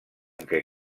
què